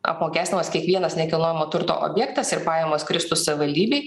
apmokestinamas kiekvienas nekilnojamo turto objektas ir pajamos kristų savivaldybei